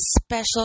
special